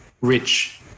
rich